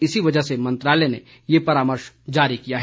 इसी वजह से मंत्रालय ने यह परामर्श जारी किया है